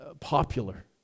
popular